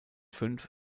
fünf